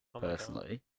personally